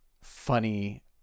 funny